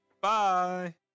Bye